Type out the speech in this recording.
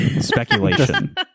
Speculation